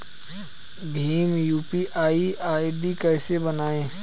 Bhim UPI ID कैसे बनाएं?